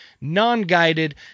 non-guided